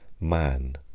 man